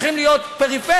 צריכים להיות מהפריפריה,